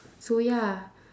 so ya